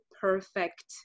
perfect